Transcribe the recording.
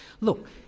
look